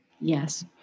yes